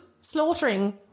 slaughtering